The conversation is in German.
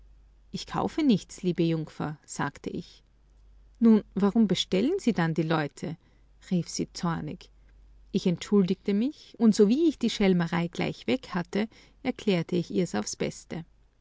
ich kaufe nichts liebe jungfer sagte ich nun warum bestellen sie dann die leute rief sie zornig ich entschuldigte mich und sowie ich die schelmerei gleich weg hatte erklärte ich ihr's aufs beste